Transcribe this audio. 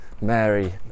Mary